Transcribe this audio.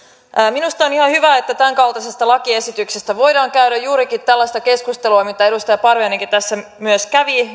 minusta on ihan hyvä että tämänkaltaisesta lakiesityksestä voidaan käydä juurikin tällaista keskustelua mitä edustaja parviainenkin tässä myös kävi